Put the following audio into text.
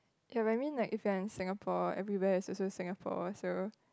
ya but I mean like if you are in Singapore everywhere is also Singapore so